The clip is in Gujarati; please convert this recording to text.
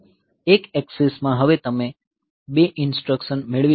એક એક્સિસ માં તમે હવે બે ઇન્સટ્રકશન મેળવી શકો છો